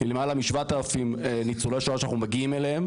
למעלה מ-7,000 ניצולי שואה שאנחנו מגיעים אליהם.